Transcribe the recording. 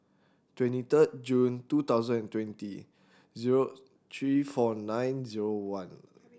twenty third June two thousand and twenty zero three four nine zero one